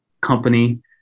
company